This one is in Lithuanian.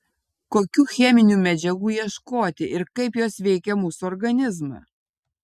kokių cheminių medžiagų ieškoti ir kaip jos veikia mūsų organizmą